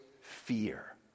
fear